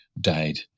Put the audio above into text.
died